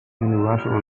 universal